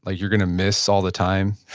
like you're going to miss all the time,